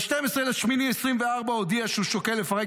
ב-12 באוגוסט 2024 הוא הודיע שהוא שוקל לפרק